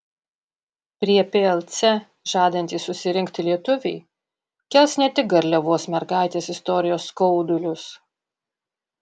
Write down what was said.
prie plc žadantys susirinkti lietuviai kels ne tik garliavos mergaitės istorijos skaudulius